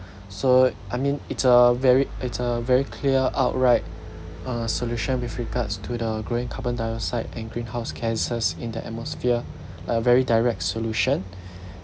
so I mean it's a very it's a very clear outright uh solution with regards to the growing carbon dioxide and greenhouse cases in the atmosphere like a very direct solution